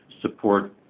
support